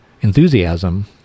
enthusiasm